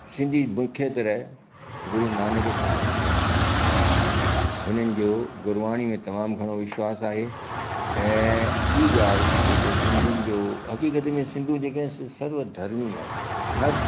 सिंधी मुख्य तरह गुरुनानक खे मञंदा आहिनि हा हुननि जो गुरबाणी में तमामु घणो विश्वास आहे ऐं ॿी ॻाल्हि जेको सिंधियुनि जो हक़ीक़त में सिंधू जेके स सर्व धर्मी आहिनि हर